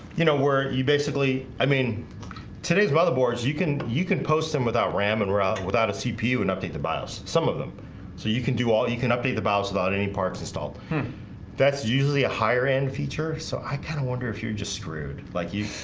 you know where you basically i mean today's motherboards you can you can post them without ram and row without a cpu and update the bios some of them so you can do all you can update the vows without any parts installed that's usually a higher-end feature so i kind of wonder if you're just screwed like you